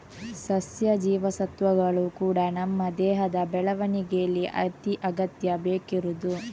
ಸಸ್ಯ ಜೀವಸತ್ವಗಳು ಕೂಡಾ ನಮ್ಮ ದೇಹದ ಬೆಳವಣಿಗೇಲಿ ಅತಿ ಅಗತ್ಯ ಬೇಕಿರುದು